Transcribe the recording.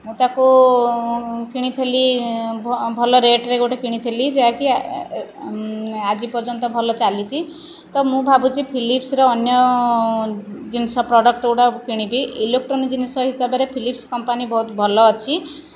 ମୁଁ ତାକୁ କିଣିଥିଲି ଭଲ ରେଟ୍ରେ ଗୋଟେ କିଣିଥିଲି ଯାହାକି ଆଜି ପର୍ଯ୍ୟନ୍ତ ଭଲ ଚାଲିଛି ତେଣୁ ମୁଁ ଭାବୁଛି ଫିଲିପ୍ସର ଅନ୍ୟ ଜିନିଷ ଅନ୍ୟ ପ୍ରଡ଼କ୍ଟ ଗୁଡ଼ିକ କିଣିବି ଇଲେକଟ୍ରୋନିକ୍ ଜିନିଷ ହିସାବରେ ଫିଲିପ୍ସ କମ୍ପାନୀ ବହୁତ ଭଲ ଅଛି